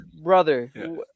brother